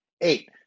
Eight